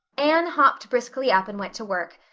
anne hopped briskly up and went to work.